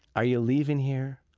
are you leaving here?